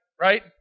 right